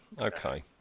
Okay